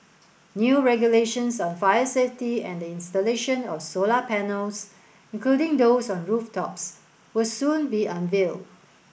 new regulations on fire safety and the installation of solar panels including those on rooftops will soon be unveiled